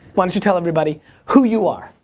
why don't you tell everybody who you are.